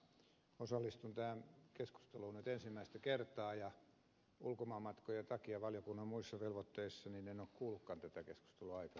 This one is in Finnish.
osallistun tähän keskusteluun nyt ensimmäistä kertaa ulkomaanmatkojen ja valiokunnan muiden velvoitteiden takia en ole kuullutkaan tätä keskustelua aikaisemmin